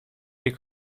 jej